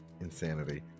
insanity